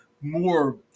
more